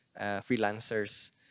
freelancers